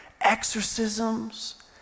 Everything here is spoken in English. exorcisms